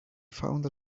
found